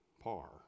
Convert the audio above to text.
par